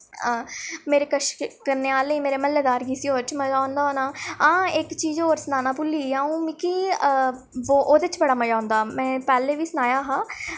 मेरे कश कन्नै आह्ले मेरे म्हल्लेदार गी कुसे और च मजा औंदा होना हां इक चीज होर सनाना भुल्ली गेई अ'ऊं मिकी ओह्दे च बड़ा मजा औंदा में पैह्लें बी सनाया हा